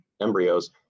embryos